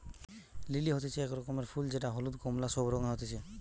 lily হতিছে এক রকমের ফুল যেটা হলুদ, কোমলা সব রঙে হতিছে